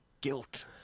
guilt